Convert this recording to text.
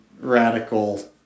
radical